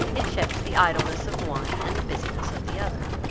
it checked the idleness of one, and the business of the other.